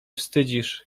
wstydzisz